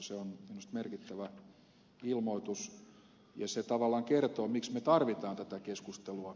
se on minusta merkittävä ilmoitus ja se tavallaan kertoo miksi me tarvitsemme tätä keskustelua